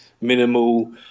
minimal